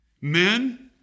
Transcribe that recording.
men